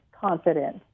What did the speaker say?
confidence